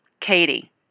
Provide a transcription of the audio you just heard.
Katie